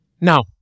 Now